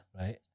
right